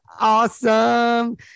Awesome